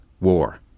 war